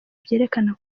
byerekana